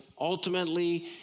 ultimately